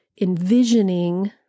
envisioning